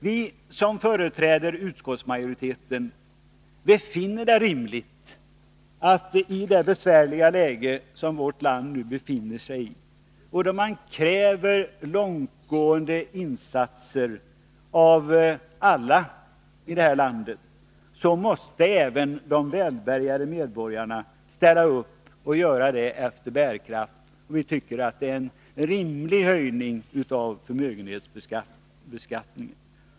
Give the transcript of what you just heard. Vi som företräder utskottsmajoriteten finner det rimligt att i det besvärliga läge som vårt land nu befinner sig i, då man kräver långtgående insatser av alla invånare, även de välbärgade medborgarna måste ställa upp efter bärkraft. Vi tycker att det är en rimlig höjning av förmögenhetsbeskattningen.